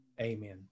Amen